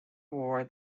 war